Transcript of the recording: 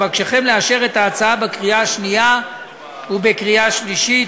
אבקשכם לאשר את ההצעה בקריאה השנייה ובקריאה השלישית.